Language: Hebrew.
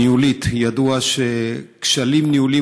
מבחינה ניהולית: ידוע שכשלים ניהוליים